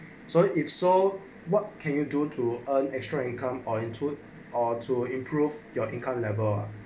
so if so what can you do to earn extra income or input or to improve your income level